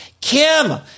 Kim